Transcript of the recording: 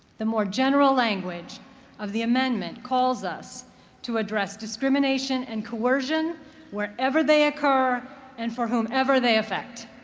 the more general language of the amendment calls us to address discrimination and coercion wherever they occur and for whomever they affect.